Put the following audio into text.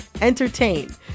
entertain